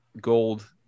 gold